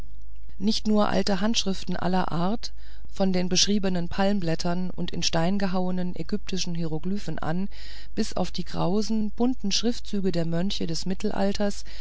nicht nur alte handschriften aller art von den beschriebenen palmblättern und in stein gehauenen ägyptischen hieroglyphen an bis auf die krausen bunten schriftzüge der mönche des mittelalters